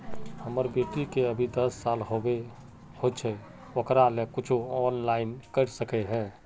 हमर बेटी के अभी दस साल होबे होचे ओकरा ले कुछ ऑनलाइन कर सके है?